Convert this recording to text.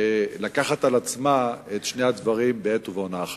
לקחת על עצמה את שני הדברים בעת ובעונה אחת.